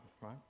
right